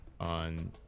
on